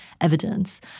evidence